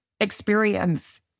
experience